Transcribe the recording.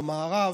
במערב,